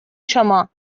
شما